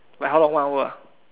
wait how long one hour were